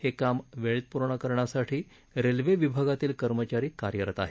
हे काम वेळेत पूर्ण करण्यासाठी रेल्वे विभागातील कर्मचारी कार्यरत आहेत